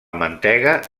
mantega